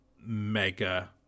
mega